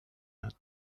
had